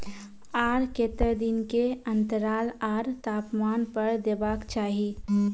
आर केते दिन के अन्तराल आर तापमान पर देबाक चाही?